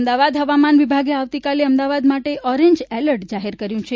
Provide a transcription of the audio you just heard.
અમદાવાદ હવામાન વિભાગે આવતીકાલે અમદાવાદ માટે ઔરન્જ એલર્ટ જાહેર કર્યું છે